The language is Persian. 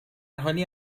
حالی